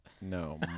no